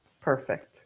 perfect